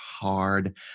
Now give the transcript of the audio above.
hard